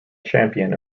champion